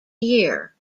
year